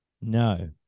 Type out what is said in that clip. no